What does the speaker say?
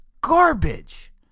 garbage